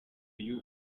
uyu